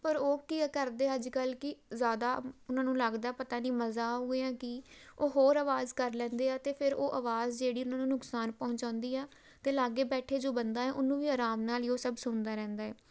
ਪਰ ਉਹ ਕੀ ਕਰਦੇ ਅੱਜ ਕੱਲ੍ਹ ਕੀ ਜ਼ਿਆਦਾ ਉਹਨਾਂ ਨੂੰ ਲੱਗਦਾ ਪਤਾ ਨਹੀਂ ਮਜ਼ਾ ਆਊ ਜਾਂ ਕੀ ਉਹ ਹੋਰ ਆਵਾਜ਼ ਕਰ ਲੈਂਦੇ ਹਾਂ ਅਤੇ ਫਿਰ ਉਹ ਆਵਾਜ਼ ਜਿਹੜੀ ਉਹਨਾਂ ਨੂੰ ਨੁਕਸਾਨ ਪਹੁੰਚਾਉਂਦੀ ਆ ਅਤੇ ਲਾਗੇ ਬੈਠੇ ਜੋ ਬੰਦਾ ਉਹਨੂੰ ਵੀ ਆਰਾਮ ਨਾਲ ਹੀ ਉਹ ਸਭ ਸੁਣਦਾ ਰਹਿੰਦਾ ਹੈ